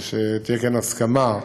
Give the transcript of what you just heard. כדי שתהיה כאן הסכמה,